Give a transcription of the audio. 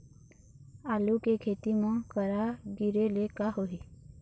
आलू के खेती म करा गिरेले का होही?